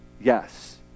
yes